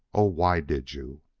oh, why did you?